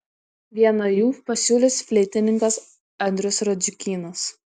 vieną jų pasiūlys fleitininkas andrius radziukynas